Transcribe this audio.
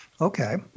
Okay